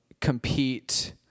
compete